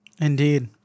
Indeed